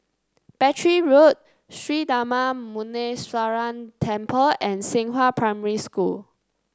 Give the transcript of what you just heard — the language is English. Battery Road Sri Darma Muneeswaran Temple and Xinghua Primary School